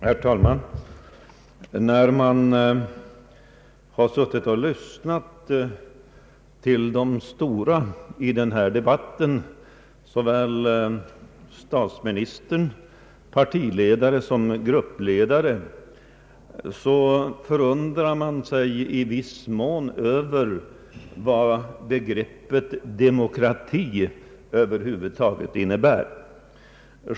Herr talman! När man har suttit och lyssnat på de stora i denna debatt — såväl statsministern som <partieller gruppledare — undrar man i viss mån vad begreppet demokrati över huvud taget innebär.